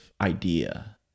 idea